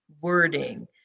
wording